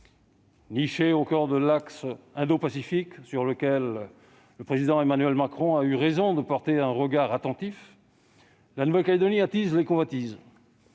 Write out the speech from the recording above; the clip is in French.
Nichée au coeur de l'axe indopacifique, sur lequel le président Emmanuel Macron a eu raison de porter un regard attentif, la Nouvelle-Calédonie attise les convoitises.